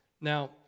Now